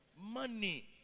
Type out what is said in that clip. money